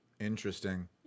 interesting